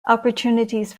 opportunities